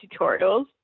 tutorials